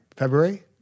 February